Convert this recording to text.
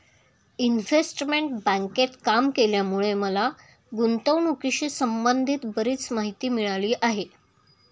investment बँकेत काम केल्यामुळे मला गुंतवणुकीशी संबंधित बरीच माहिती मिळाली आहे